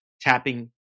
tapping